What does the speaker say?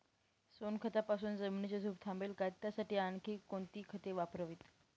सोनखतापासून जमिनीची धूप थांबेल का? त्यासाठी आणखी कोणती खते वापरावीत?